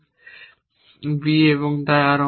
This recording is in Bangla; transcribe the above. b এবং তাই আরও অনেক কিছু